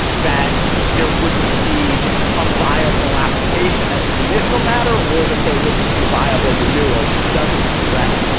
that there wouldn't be a viable application as an initial matter or that there wouldn't be viable renewal. he doesn't address.